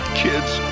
kids